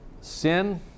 sin